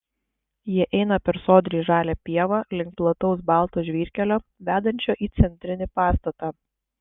jie eina per sodriai žalią pievą link plataus balto žvyrkelio vedančio į centrinį pastatą